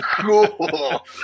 cool